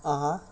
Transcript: (uh huh)